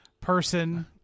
person